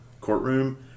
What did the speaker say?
courtroom